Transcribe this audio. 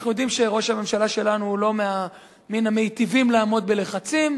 אנחנו יודעים שראש הממשלה שלנו הוא לא מן המטיבים לעמוד בלחצים,